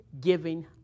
giving